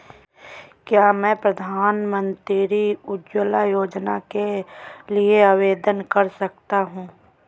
क्या मैं प्रधानमंत्री उज्ज्वला योजना के लिए आवेदन कर सकता हूँ?